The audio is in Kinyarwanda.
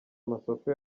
amasoko